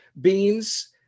Beans